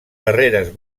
darreres